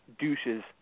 douches